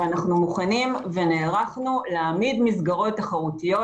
אנחנו מוכנים ונערכנו להעמיד מסגרות תחרותיות